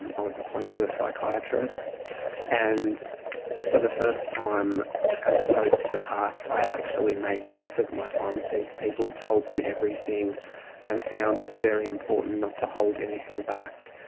and i was appointed a psychiatrist psychiatrist and for the first time as opposed to the past i actually made use of my time with these people, told them everything and found it very important not to hold anything back.